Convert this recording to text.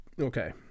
okay